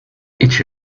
each